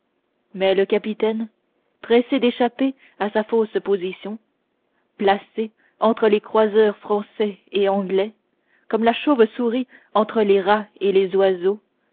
mais le capitaine pressé d'échapper à sa fausse position placé entre les croiseurs français et anglais comme la chauvesouris entre les rats et les oiseaux